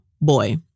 boy